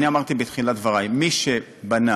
אמרתי בתחילת דברי: מי שבנה,